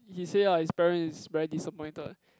he say ah his parent is very disappointed